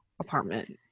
apartment